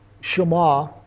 Shema